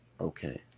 Okay